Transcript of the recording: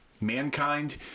Mankind